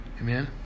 Amen